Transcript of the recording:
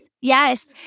Yes